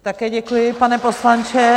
Také děkuji, pane poslanče.